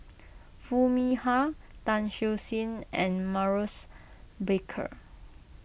Foo Mee Har Tan Siew Sin and Maurice Baker